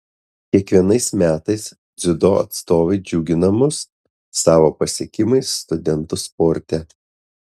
kiekvienais metais dziudo atstovai džiugina mus savo pasiekimais studentų sporte